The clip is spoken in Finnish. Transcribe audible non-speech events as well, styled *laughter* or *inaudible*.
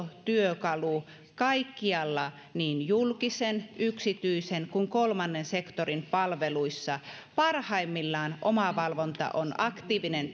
*unintelligible* työkalu kaikkialla niin julkisen yksityisen kuin kolmannen sektorin palveluissa parhaimmillaan omavalvonta on aktiivinen *unintelligible*